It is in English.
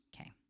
Okay